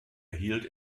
erhielt